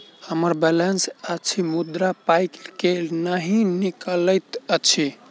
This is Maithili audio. हम्मर बैलेंस अछि मुदा पाई केल नहि निकलैत अछि?